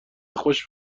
خوش